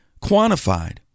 quantified